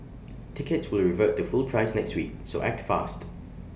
tickets will revert to full price next week so act fast